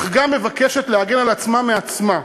אך גם מבקשת להגן על עצמה מעצמה.